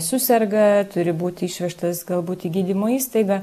suserga turi būti išvežtas galbūt į gydymo įstaigą